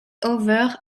over